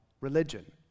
religion